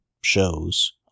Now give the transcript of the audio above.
shows